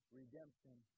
redemption